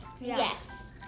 Yes